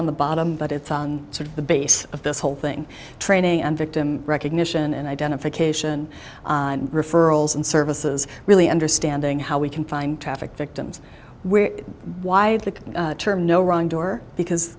the bottom but it's sort of the base of this whole thing training and victim recognition and identification and referrals and services really understanding how we can find traffic victims where the term no wrong door because